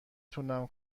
تونم